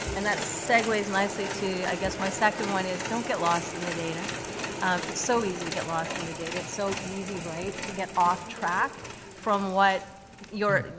and that segues nicely to i guess, my second one is, don't get lost in the data. ah, it's so easy to get lost in the data. it's so easy, right, to get off track from what your,